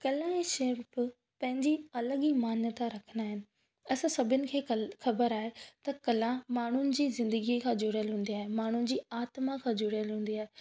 कला ऐं शिल्प पैंजी अलॻि ई मान्यता रखंदा आहिनि असां सभिनी खे कल्ह ख़बर आहे त कला माण्हुनि जी ज़िंदगीअ खां जुड़ियल हूंदी आहे माण्हुनि जी आत्मा खां जुड़ियल हूंदी आहे